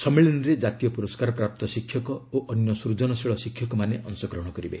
ସମ୍ମିଳନୀରେ କ୍ଜାତୀୟ ପୁରସ୍କାରପ୍ରାପ୍ତ ଶିକ୍ଷକ ଓ ଅନ୍ୟ ସ୍ଟଜନଶୀଳ ଶିକ୍ଷକମାନେ ଅଂଶଗ୍ରହଣ କରିବେ